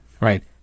Right